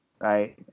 right